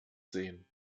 sehen